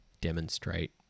demonstrate